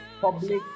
public